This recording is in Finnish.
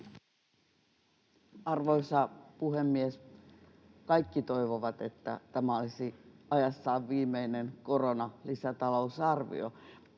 Arvoisa puhemies! Kaikki toivovat, että tämä olisi ajassaan viimeinen koronalisätalousarvio.